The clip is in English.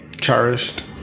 cherished